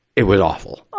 it was awful.